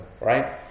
right